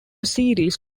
series